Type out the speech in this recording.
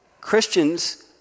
Christians